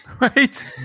Right